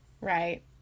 Right